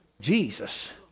Jesus